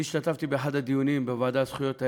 אני השתתפתי באחד הדיונים, בוועדה לזכויות הילד.